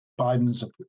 Biden's